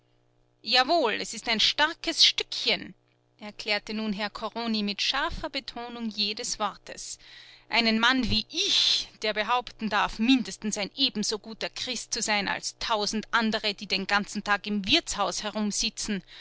jawohl es ist ein starkes stückchen erklärte nun herr corroni mit scharfer betonung jedes wortes einen mann wie ich der behaupten darf mindestens ein ebenso guter christ zu sein als tausend andere die den ganzen tag im wirtshaus herumsitzen